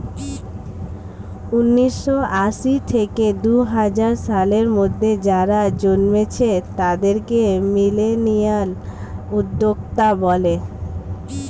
উন্নিশো আশি থেকে দুহাজার সালের মধ্যে যারা জন্মেছে তাদেরকে মিলেনিয়াল উদ্যোক্তা বলে